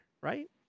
right